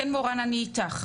מורן חדד,